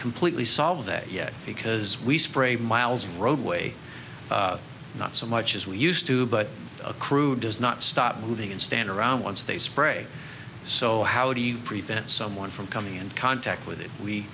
completely solve that yet because we spray miles roadway not so much as we used to but a crew does not stop moving and stand around once they spray so how do you prevent someone from come and contact with it we